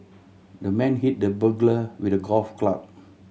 the man hit the burglar with a golf club